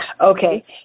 okay